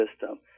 system